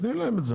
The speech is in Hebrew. תני לה את זה.